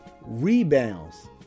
Rebounds